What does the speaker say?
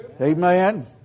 Amen